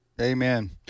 Amen